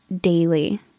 daily